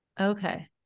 Okay